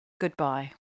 goodbye